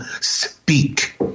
speak